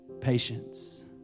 Patience